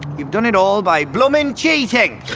you've done it all by bloomin cheating